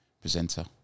presenter